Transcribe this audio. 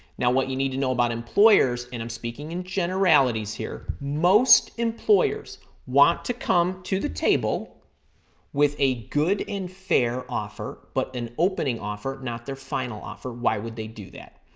now what you need to know about employers, and i'm speaking in generalities here, most employers want to come to the table with a good and fair offer, but an opening offer, not their final offer. why would they do that?